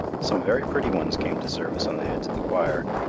some very pretty ones came to service on the heads of the choir,